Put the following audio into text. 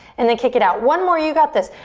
and then kick it out. one more, you got this.